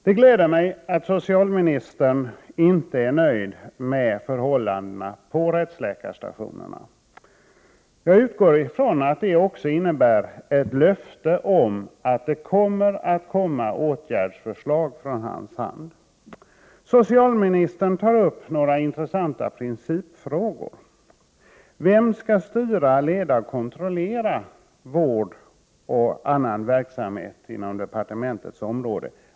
Herr talman! Det gläder mig att socialministern inte är nöjd med förhållandena på rättsläkarstationerna. Jag utgår ifrån att detta också innebär ett löfte om att det kommer åtgärdsförslag från hans hand. Socialministern tar upp några intressanta principfrågor. Vem skall styra, leda och kontrollera vård och annan verksamhet inom departementets område?